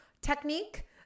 technique